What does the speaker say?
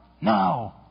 No